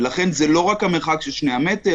ולכן זה לא רק המרחק של שני מטר.